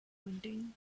hunting